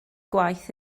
gwaith